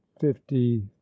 fifty